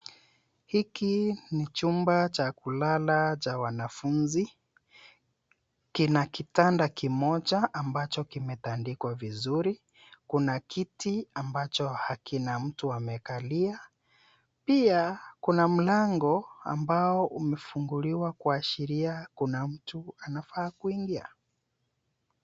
Hiki ni chumba cha kulala cha wanafunzi. Kina kitanda kimoja ambacho kimetandikwa vizuri. Kuna kiti ambacho hakina mtu amekalia. Pia, kuna mlango ambao umefunguliwa kuashiria kuna mtu anafaa kuingia.